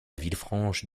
villefranche